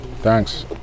thanks